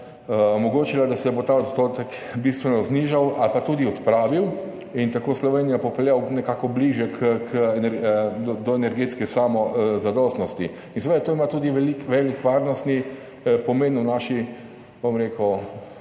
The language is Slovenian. omogočila, da se bo ta odstotek bistveno znižal ali pa tudi odpravil in tako Slovenijo popeljal nekako bližje k energetski samozadostnosti. Seveda ima to tudi velik varnostni pomen v naši zaenkrat